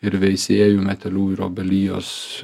ir veisiejų metelių ir obelijos